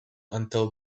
until